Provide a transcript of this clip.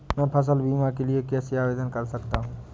मैं फसल बीमा के लिए कैसे आवेदन कर सकता हूँ?